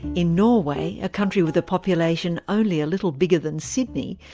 in norway, a country with a population only a little bigger than sydney,